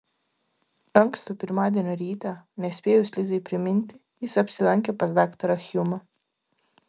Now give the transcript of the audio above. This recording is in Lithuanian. ankstų pirmadienio rytą nespėjus lizai priminti jis apsilankė pas daktarą hjumą